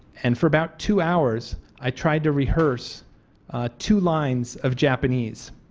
and for about two hours i try to rehearse two lines of japanese.